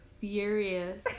furious